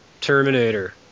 Terminator